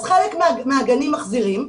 אז חלק מהגנים מחזירים,